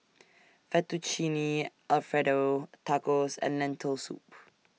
Fettuccine Alfredo Tacos and Lentil Soup